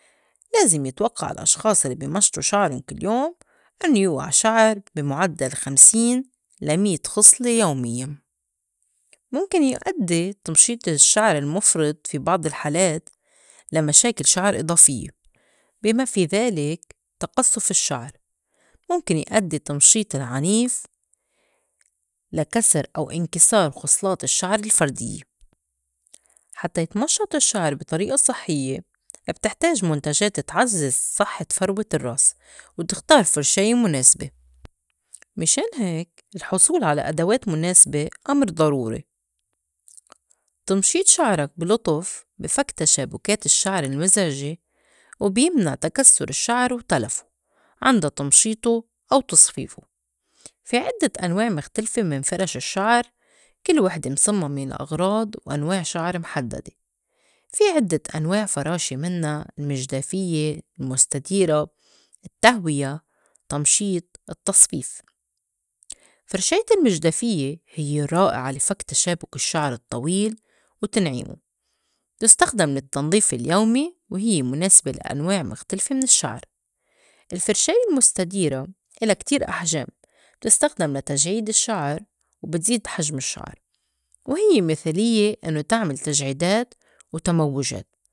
لازم يتوقّع الأشخاص لّي بي مشطو شعرُن كل يوم إنّو يوقع شعر بي مُعدّل خمسين لا ميت خُصْلة يوميّاً. مُمكن يؤدّي تمشيط الشّعر المُفْرِط في بعض الحالات لمشاكل شعر إضافيّة بي ما في ذلك تقصُّف الشّعر. مُمكن يأدي التّمشيط العنيف لكسر أو إنكسار خُصْلات الشّعر الفرديّة. حتّى يتمشّط الشّعر بي طريئة صحيّة بتحتاج مُنتجات تعزّز صحّة فروة الرّاس وتختار فرشاية مُناسبة، مِشان هيك الحصول على أدوات مُناسبة أمر ضروري. تمشيط شعرك بي لُطُف بي فك تشابُكات الشّعر المِزعْجة وبيمنع تكسُّر الشّعر وتلفو عند تمشيطو أو تصفيفو. في عدّة أنواع مِخْتلفة من فرش الشّعر كل وحدة مصمّمة لأغراض وأنواع شعر محدّدة. في عِدّة أنواع فراشي مِنّا المجدافيّة، المُستديرة، اتهوية، تمشيط، اتصفيف. فرشاية المجدافيّة هيّ رائعة لِفك تشابُك الشّعر الطّويل وتنعيمو، بتُستخدم للتنظيف اليومي وهيّ مُناسبة لأنواع مِختلفة من الشّعر. الفرشاية المُستديرة إلا كتير أحجام بتُستخدم لتجعيد الشّعر وبتزيد حجم الشّعر وهيّ مِثاليّة إنّو تعمل تجعيدات وتموّجات.